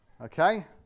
Okay